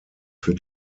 für